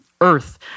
earth